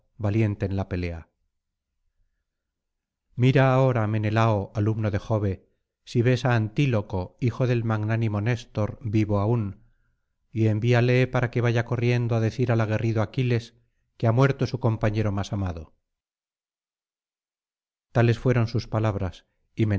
valiente en la pelea mira ahora menelao alumno de jove si ves á antíloco hijo del magnánimo néstor vivo aiin y envíale para que vaya corriendo á decir al aguerrido aquiles que ha muerto su compañero más amado tales fueron sus palabras